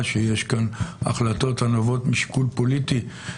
שיש כאן החלטות הנובעות משיקול פוליטי.